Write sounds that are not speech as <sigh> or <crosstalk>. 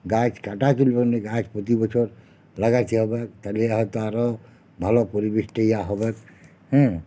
গাছ কাটা <unintelligible> গাছ প্রতি বছর লাগাইতে হবে তাইলে হয়তো আরও ভালো পরিবেশটা ইয়া হবেক হ্যাঁ